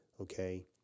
okay